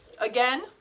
Again